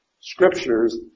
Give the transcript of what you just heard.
scriptures